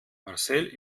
marcel